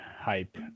Hype